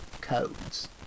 codes